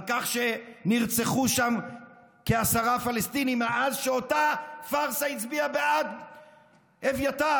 על כך שנרצחו שם כעשרה פלסטינים מאז שאותה פארסה הצביעה בעד אביתר.